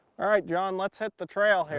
all right, john, let's hit the trail.